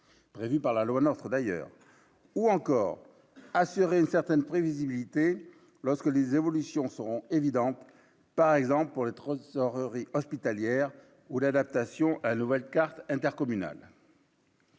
prévue par la loi Meurtre d'ailleurs ou encore assurer une certaine prévisibilité lorsque les évolutions sont évidentes, par exemple, pour être alors et hospitalière ou l'adaptation à la nouvelle carte intercommunale.